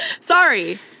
Sorry